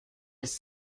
his